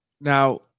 Now